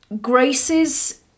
Grace's